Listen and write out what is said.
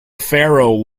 pharaoh